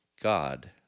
God